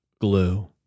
Glue